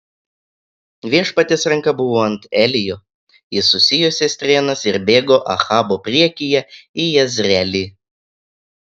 viešpaties ranka buvo ant elijo jis susijuosė strėnas ir bėgo ahabo priekyje į jezreelį